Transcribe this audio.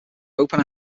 open